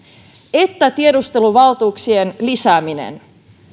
että tiedusteluvaltuuksien lisäämistä